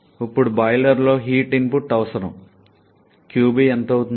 ఇప్పుడు బాయిలర్లో heat input అవసరం qB ఎంత అవుతుంది